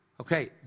Okay